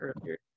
earlier